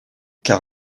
car